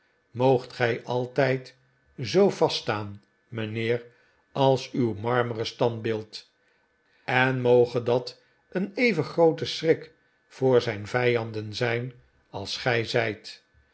moogt gij altijd zoo vast staan mijnheer als uw marmeren standbeeld en moge dat een even groote schrik voor zijn vijandeh zijn als gij